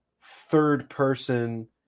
third-person